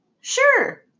Sure